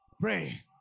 Pray